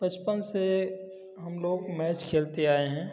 बचपन से हम लोग मैच खेलते आए हैं